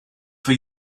for